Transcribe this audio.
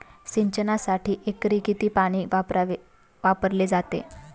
सिंचनासाठी एकरी किती पाणी वापरले जाते?